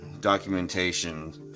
documentation